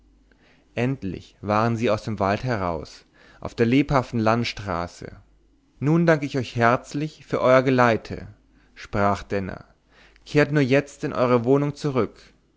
endlich waren sie aus dem walde heraus auf der lebhaften landstraße nun danke ich euch herzlich für euer geleite sprach denner kehrt nur jetzt in eure wohnung zurück